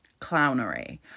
clownery